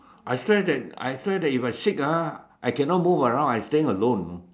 I swear that I swear that if I sick ah I cannot move around I staying alone you know